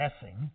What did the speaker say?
guessing